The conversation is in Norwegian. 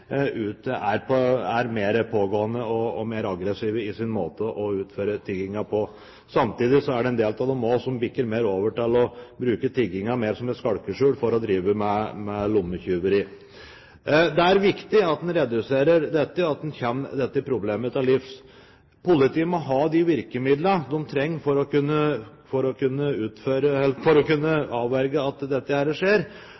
er der ute, er mer pågående og mer aggressive i sin måte å utføre tiggingen på. Samtidig er det en del av dem som bikker over til å bruke tiggingen mer som et skalkeskjul for å drive med lommetyveri. Det er viktig at en reduserer dette, at en kommer dette problemet til livs. Politiet må ha de virkemidlene de trenger for å kunne